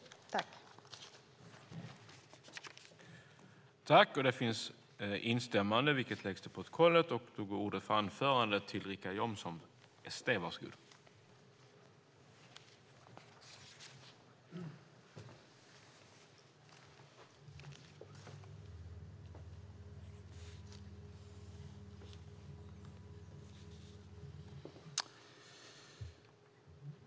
I detta anförande instämde Ann-Louise Hansson .